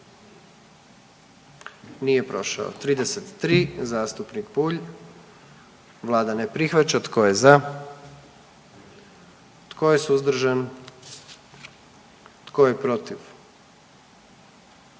44. Kluba zastupnika SDP-a, vlada ne prihvaća. Tko je za? Tko je suzdržan? Tko je protiv?